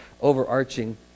overarching